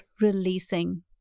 releasing